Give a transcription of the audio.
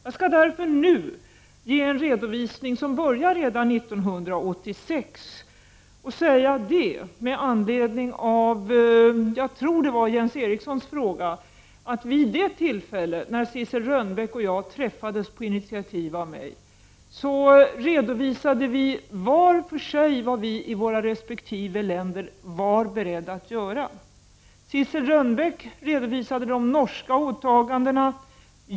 Jag skall därför nu ge en redovisning, som börjar redan 1986, och med anledning av Jens Erikssons fråga säga att Sissel Rönbeck och jag, vid det tillfälle när vi träffades på initiativ av mig, redovisade var för sig vad vi i våra resp. länder var beredda att göra. Sissel Rönbeck redovisade de norska åtagandena.